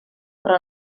però